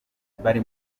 bari